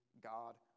God